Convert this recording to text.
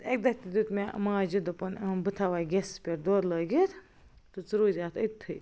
تہِ اکہِ دۄہ تہِ دیٛت مےٚ ماجہِ دوٚپُن اۭں بہٕ تھاوے گیسَس پٮ۪ٹھ دۄدھ لٲگِتھ تہٕ ژٕ روزِ زِ اَتھ أتتھٕے